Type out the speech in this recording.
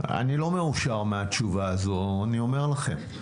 אני לא מאושר מהתשובה הזאת, אני אומר לכם.